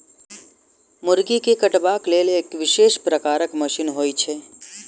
मुर्गी के कटबाक लेल एक विशेष प्रकारक मशीन होइत छै